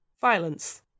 violence